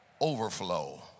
overflow